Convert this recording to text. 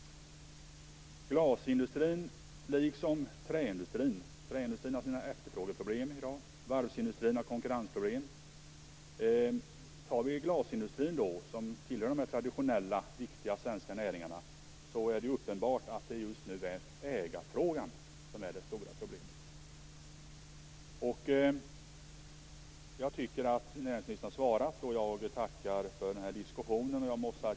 Glasindustrin och träindustrin har sina problem. Träindustrin har efterfrågeproblem. Varvsindustrin har konkurrensproblem. Inom glasindustrin, som tillhör de traditionella viktiga svenska näringarna, är det uppenbart att det just nu är ägarfrågan som är det stora problemet. Jag tycker att näringsministern har gett oss ett svar och jag vill tacka för diskussionen.